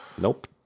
Nope